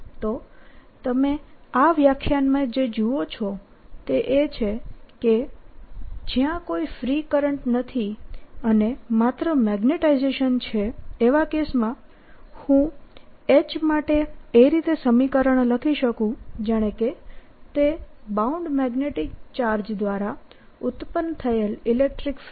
તો તમે આ વ્યાખ્યાનમાં જે જુઓ છો તે એ છે કે જ્યાં કોઈ ફ્રી કરંટ નથી અને માત્ર મેગ્નેટાઇઝેશન છે એવા કેસમાં હું H માટે એ રીતે સમીકરણ લખી શકું જાણે કે તે બાઉન્ડ મેગ્નેટીક ચાર્જ દ્વારા ઉત્પન્ન થયેલ ઇલેક્ટ્રીક ફિલ્ડ